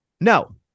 No